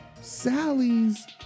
sally's